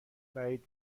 بعید